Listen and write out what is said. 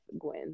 Gwen